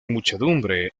muchedumbre